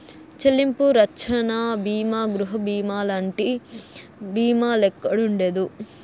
చెల్లింపు రచ్చన బీమా గృహబీమాలంటి బీమాల్లెక్కుండదు